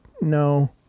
No